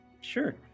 sure